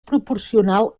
proporcional